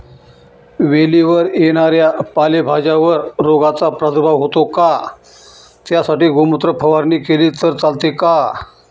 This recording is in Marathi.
वेलीवर येणाऱ्या पालेभाज्यांवर रोगाचा प्रादुर्भाव होतो का? त्यासाठी गोमूत्र फवारणी केली तर चालते का?